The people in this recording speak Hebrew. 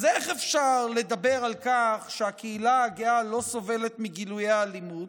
אז איך אפשר לדבר על כך שהקהילה הגאה לא סובלת מגילויי אלימות?